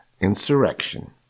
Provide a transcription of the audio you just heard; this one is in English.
insurrection